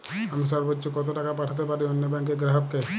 আমি সর্বোচ্চ কতো টাকা পাঠাতে পারি অন্য ব্যাংক র গ্রাহক কে?